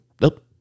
nope